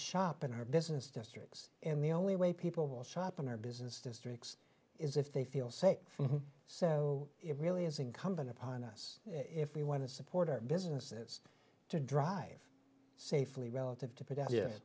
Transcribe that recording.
shop in our business districts and the only way people will shop in our business districts is if they feel safe so it really is incumbent upon us if we want to support our businesses to drive safely relative to p